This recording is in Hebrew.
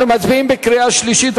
אנחנו מצביעים בקריאה השלישית.